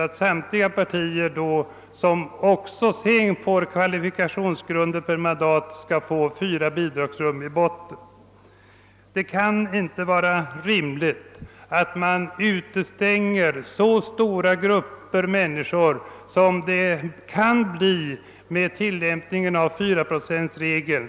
Samtliga partier som får 4 procent av rösterna skulle då få fyra bidragsrum i botten utöver de bidrag som utgår per mandat. Det kan inte vara rimligt att utestänga så stora grupper från bidrag som kan bli fallet vid en tillämpning av fyraprocentsregeln.